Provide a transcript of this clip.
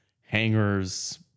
hangers